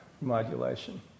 modulation